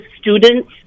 students